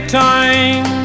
time